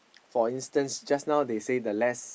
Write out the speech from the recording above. for instant just now they say the less